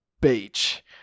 Beach